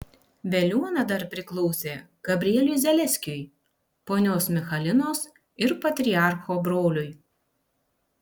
veliuona dar priklausė gabrieliui zaleskiui ponios michalinos ir patriarcho broliui